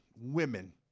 Women